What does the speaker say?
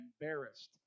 embarrassed